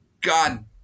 God